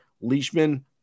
Leishman